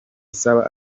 isaba